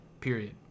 period